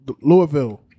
Louisville